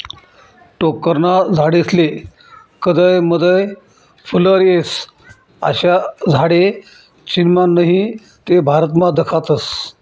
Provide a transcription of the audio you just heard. टोक्करना झाडेस्ले कदय मदय फुल्लर येस, अशा झाडे चीनमा नही ते भारतमा दखातस